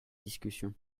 discussion